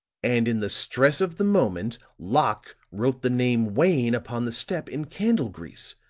and in the stress of the moment, locke wrote the name wayne upon the step in candle grease,